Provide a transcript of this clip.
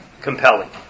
compelling